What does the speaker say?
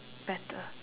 better